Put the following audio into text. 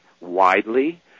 widely